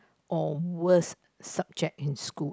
or worst subject in school